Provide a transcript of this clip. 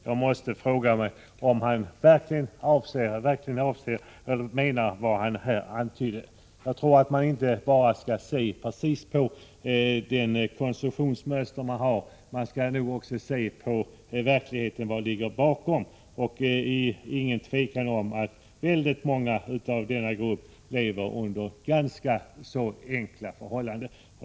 Jag måste fråga om Bo Forslund verkligen menar vad han här antyder. Det är inget tvivel om att väldigt många i denna grupp lever under ganska så enkla förhållanden.